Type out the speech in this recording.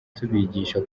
tubigisha